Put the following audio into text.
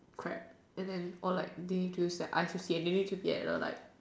crap and then or like they need to use their eyes and they need to gather like